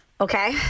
Okay